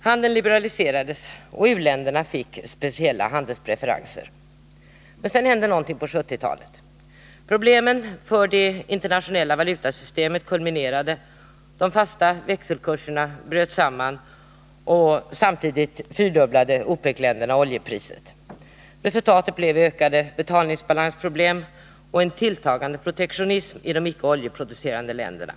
Handeln liberaliserades, och u-länderna fick speciella handelspreferenser. Men sedan hände något på 1970-talet. Problemen för det internationella valutasystemet kulminerade, och de fasta växelkurserna bröt samman samtidigt som OPEC-länderna fyrdubblade oljepriset. Resultatet blev ökade betalningsbalansproblem och en tilltagande protektionism i de icke oljeproducerande länderna.